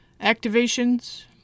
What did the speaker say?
activations